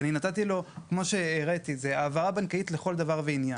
זוהי העברה בנקאית לכל דבר ועניין,